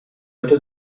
өтө